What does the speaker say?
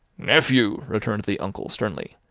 nephew! returned the uncle sternly,